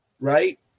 right